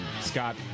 Scott